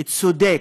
צודק,